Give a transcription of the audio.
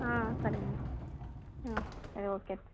ஆ சரிங்கம்மா ம் சரி ஓகே